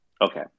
Okay